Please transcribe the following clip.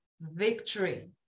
victory